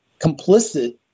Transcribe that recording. complicit